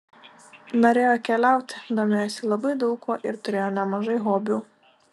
norėjo keliauti domėjosi labai daug kuo ir turėjo nemažai hobių